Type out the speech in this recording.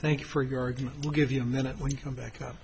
thank you for your argument we'll give you a minute when you come back up